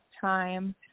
time